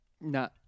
No